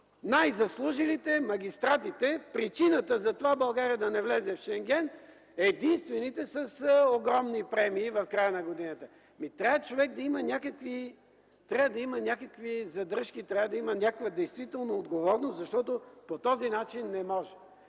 Най-заслужилите – магистратите, причината за това България да не влезе в Шенген, единствените с огромни премии в края на годината. Човек трябва да има някакви задръжки, някаква действителна отговорност, защото по този начин не може.